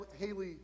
Haley